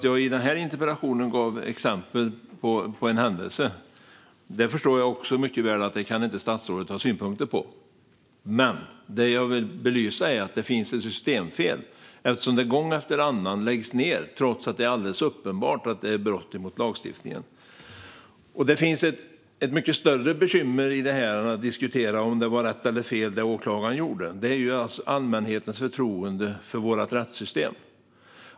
Jag gav i interpellationen exempel på en händelse som jag mycket väl förstår att statsrådet inte kan ha synpunkter på, men det som jag vill belysa är att det finns ett systemfel eftersom man gång efter annan lägger ned trots att det är alldeles uppenbart att det rör sig om brott mot lagstiftningen. Det finns ett mycket större bekymmer här än att diskutera om det som åklagaren gjorde var rätt eller fel, och det gäller allmänhetens förtroende för vårt rättssystem.